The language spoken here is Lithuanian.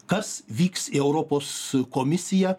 kas vyks į europos komisiją